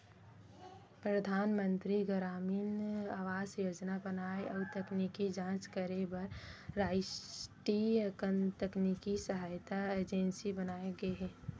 परधानमंतरी गरामीन आवास योजना बनाए अउ तकनीकी जांच करे बर रास्टीय तकनीकी सहायता एजेंसी बनाये गे हे